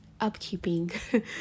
upkeeping